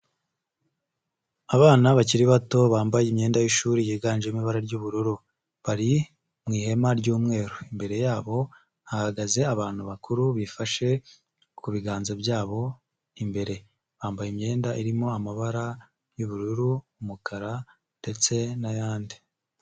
Abana bakiri bato bambaye imyenda y'ishuri yiganjemo ibara ry'ubururu. Bari mu ihema ry'umweru, imbere yabo hahagaze abantu bakuru bifashe ku biganza byabo imbere, bambaye imyenda irimo amabara y'ubururu, umukara ndetse n'ayandi.